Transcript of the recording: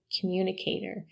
communicator